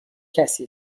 کسی